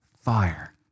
fire